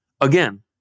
again